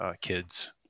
kids